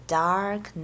dark